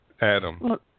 Adam